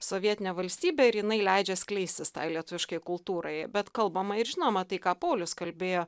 sovietinė valstybė ir jinai leidžia skleistis tai lietuviškai kultūrai bet kalbama ir žinoma tai ką paulius kalbėjo